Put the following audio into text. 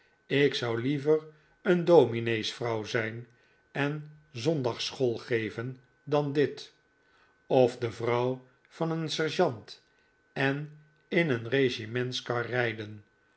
ik zou liever een domineesvrouw zijn en zondagsschool geven dan dit of de vrouw van een sergeant en in een regimentskar rijden